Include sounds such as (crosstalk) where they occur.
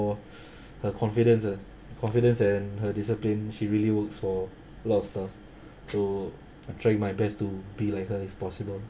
(breath) her confidence lah confidence and her discipline she really works for a lot of stuff so I am trying my best to be like her if possible